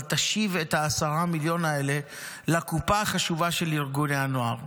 אבל תשיב את ה-10 מיליון האלה לקופה החשובה של ארגוני הנוער.